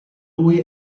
lui